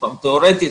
תיאורטית